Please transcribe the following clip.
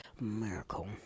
miracle